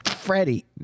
Freddie